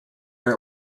air